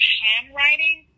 handwriting